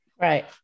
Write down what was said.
Right